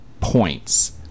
points